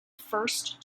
first